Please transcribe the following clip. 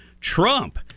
Trump